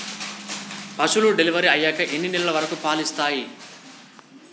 పశువులు డెలివరీ అయ్యాక ఎన్ని నెలల వరకు పాలు ఇస్తాయి?